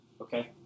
Okay